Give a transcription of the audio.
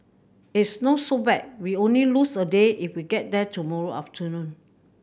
it's not so bad we only lose a day if we get there tomorrow afternoon